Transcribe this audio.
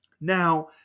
Now